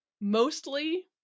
mostly